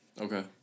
Okay